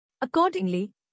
Accordingly